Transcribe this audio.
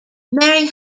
mary